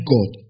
God